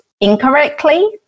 incorrectly